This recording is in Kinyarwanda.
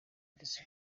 ndetse